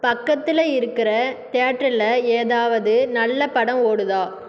பக்கத்தில் இருக்கிற தியேட்டரில் ஏதாவது நல்ல படம் ஓடுதா